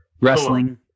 wrestling